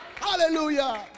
Hallelujah